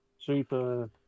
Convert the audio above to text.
super